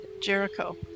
Jericho